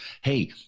hey